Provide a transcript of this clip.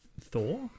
Thor